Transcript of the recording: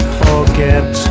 forget